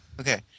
Okay